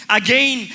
again